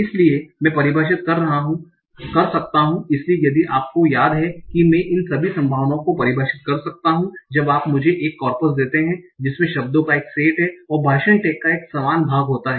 इसलिए मैं परिभाषित कर सकता हूं इसलिए यदि आपको याद है कि मैं इन सभी संभावनाओं को परिभाषित कर सकता हूं जब आप मुझे एक कॉर्पस देते हैं जिसमें शब्दों का एक सेट और भाषण टैग का एक समान भाग होता है